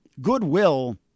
goodwill